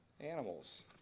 animals